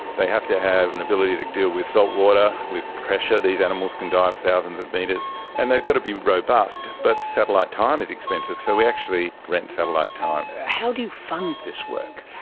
they have to have an ability to deal with salt water, with pressure. these animals can dive thousands of metres, and they've got to be robust, but satellite time is expensive, so we actually rent satellite time. how do you fund this work?